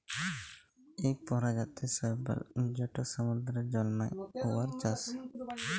ইক পরজাতির শৈবাল যেট সমুদ্দুরে জল্মায়, উয়ার চাষ